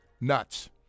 Nuts